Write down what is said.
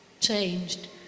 changed